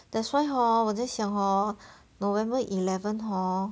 that's why hor 我在想 hor november eleven hor